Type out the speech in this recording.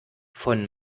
von